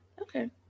Okay